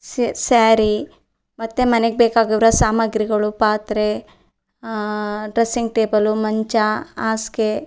C sari ಮತ್ತು ಮನೆಗೆ ಬೇಕಾಗಿರೊ ಸಾಮಗ್ರಿಗಳು ಪಾತ್ರೆ ಡ್ರಸ್ಸಿಂಗ್ ಟೇಬಲು ಮಂಚ ಹಾಸಿಗೆ